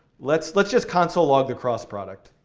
let's let's just console log the cross product.